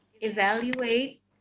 evaluate